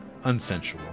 unsensual